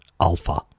alpha